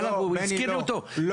כי חשבתי שהוא מובן מאליו.